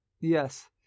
Yes